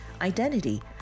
identity